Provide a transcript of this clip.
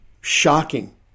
shocking